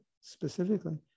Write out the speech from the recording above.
specifically